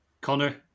Connor